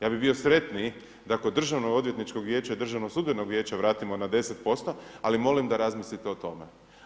Ja bi bio sretniji da kod državno odvjetničkog vijeća i državnog sudbenog vijeća vratimo na 10%, ali molim da razmislite o tome.